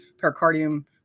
pericardium